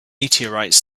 meteorites